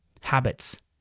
habits